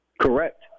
Correct